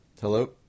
Hello